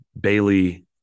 Bailey